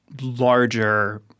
larger